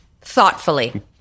Thoughtfully